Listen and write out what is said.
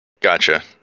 gotcha